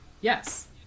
yes